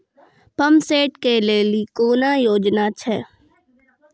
Pump set केलेली कोनो योजना छ?